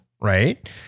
right